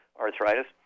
arthritis